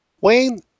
Wayne